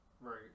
right